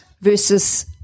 versus